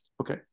Okay